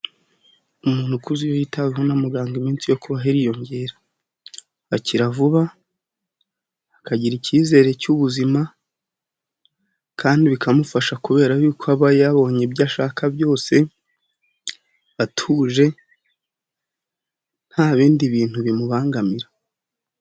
Umuntu ukuze iyo yitabwaho na muganga iminsi yo kubaho iriyongera. Akira vuba, akagira icyizere cy'ubuzima kandi bikamufasha kubera yuko aba yabonye ibyo ashaka byose, atuje, nta bindi bintu bimubangamira.